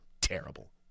terrible